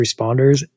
responders